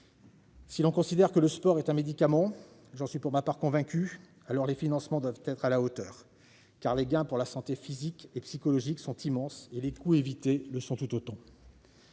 Si l'on considère que le sport est un médicament, ce dont je suis pour ma part convaincu, alors les financements doivent être à la hauteur. En effet, les gains pour la santé physique et psychologique sont immenses et les coûts évités le sont tout autant.